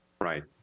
Right